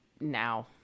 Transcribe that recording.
now